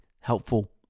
helpful